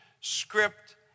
script